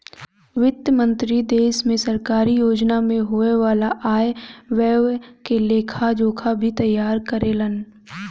वित्त मंत्री देश में सरकारी योजना में होये वाला आय व्यय के लेखा जोखा भी तैयार करेलन